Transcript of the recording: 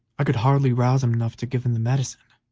i could hardly rouse him enough to give him the medicine,